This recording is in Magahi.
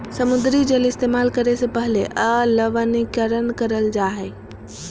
समुद्री जल इस्तेमाल करे से पहले अलवणीकरण करल जा हय